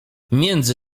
między